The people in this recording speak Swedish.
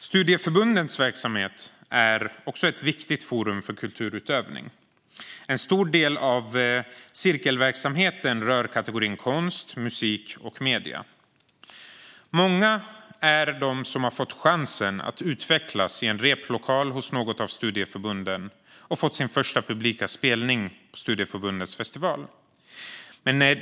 Studieförbundens verksamhet är också ett viktigt forum för kulturutövning. En stor del av cirkelverksamheten rör kategorierna konst, musik och medier. Många är de som har fått chansen att utvecklas i en replokal hos något av studieförbunden och fått sin första publika spelning på studieförbundets festival.